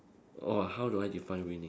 !whoa! how do I define winning